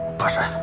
pasha,